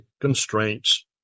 constraints